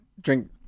drink